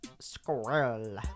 Squirrel